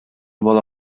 бала